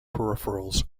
peripherals